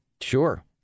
Sure